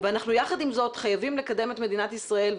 ויחד עם זאת אנחנו חייבים לקדם את מדינת ישראל,